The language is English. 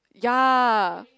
ya